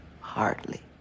Hardly